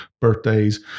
birthdays